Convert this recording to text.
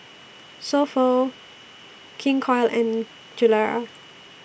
So Pho King Koil and Gilera